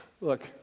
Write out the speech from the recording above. Look